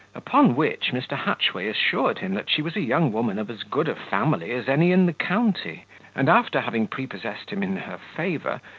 upon which, mr. hatchway assured him, that she was a young woman of as good a family as any in the county and, after having prepossessed him in her favour,